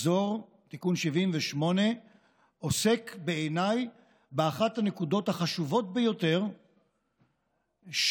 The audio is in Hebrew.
תיקון 78 עוסק בעיניי באחת הנקודות החשובות ביותר שמאזנות